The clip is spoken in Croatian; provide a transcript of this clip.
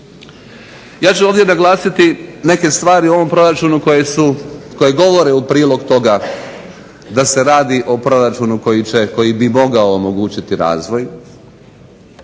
Ja ću ovdje naglasiti neke stvari u ovom proračunu koje govore u prilog toga da se radi o proračunu koji će, koji bi mogao omogućiti razvoj.